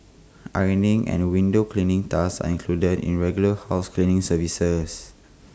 ironing and window cleaning tasks are included in regular house cleaning services